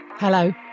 Hello